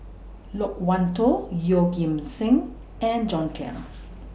Loke Wan Tho Yeoh Ghim Seng and John Clang